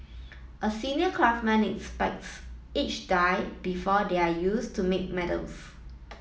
a senior craftsman inspects each die before they are used to make medals